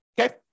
Okay